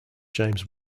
james